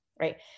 right